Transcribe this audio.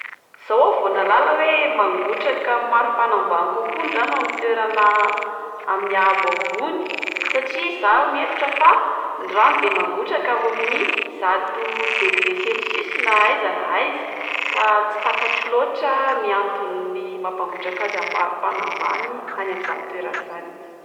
Zao a vao nahalala oe mangotraka amin'ny maripana ambany kokoa ny rano amin'ny toerana amin'ny haabo ambony satria zah mihevitra fa ny rano de mangotraka ao amin'ny zato degré celcius na aiza na aiza, ka tsy takatro loatra ny antony mampangotraka azy amin'ny maripana ambany amin'izany toerana izany.